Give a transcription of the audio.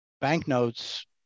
banknotes